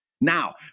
Now